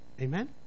amen